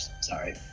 sorry